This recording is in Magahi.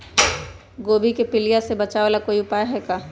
गोभी के पीलिया से बचाव ला कोई उपाय है का?